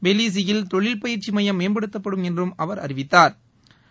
பெலிசியில் தொழில் பயிற்சி மையம் மேம்படுத்தப்படும் என்றும் அவர் அறிவித்தாா்